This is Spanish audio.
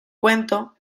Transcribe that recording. cuento